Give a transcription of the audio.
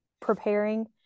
preparing